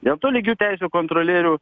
dėl to lygių teisių kontrolieriaus